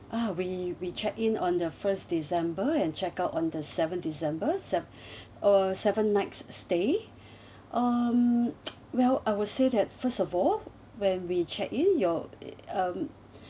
ah we we checked in on the first december and checked out on the seventh december seven oh seven nights stay um well I would say that first of all when we checked in your um